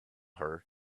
her